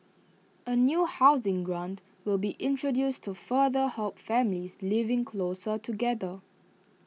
A new housing grant will be introduced to further help families living closer together